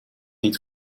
niet